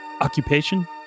Occupation